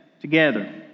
together